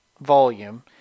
volume